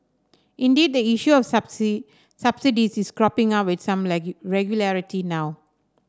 indeed the issue of subsidies is cropping up with some regularity now